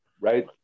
Right